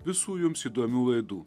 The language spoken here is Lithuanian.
visų jums įdomių laidų